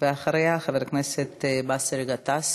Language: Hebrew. ואחריה, חבר הכנסת באסל גטאס.